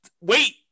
wait